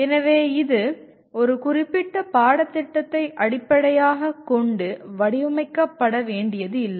எனவே இது ஒரு குறிப்பிட்ட பாடத்திட்டத்தை அடிப்படையாகக் கொண்டு வடிவமைக்கப்பட வேண்டியதில்லை